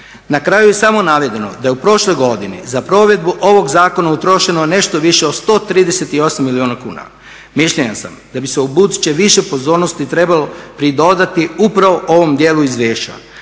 Na kraju je samo navedeno da je u prošloj godini za provedbu ovog zakona utrošeno nešto više od 138 milijuna kuna. Mišljenja sam da bi se u buduće više pozornosti trebalo pridodati upravo ovom dijelu izvješća